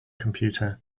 computer